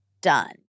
done